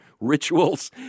rituals